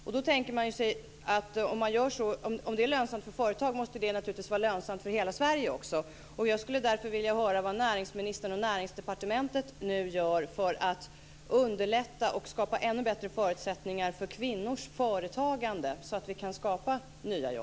Om detta är lönsamt för företag, måste det vara lönsamt för hela Sverige. Jag skulle vilja höra vad näringsministern och Näringsdepartementet gör för att underlätta och skapa ännu bättre förutsättningar för kvinnors företagande, så att nya jobb kan skapas.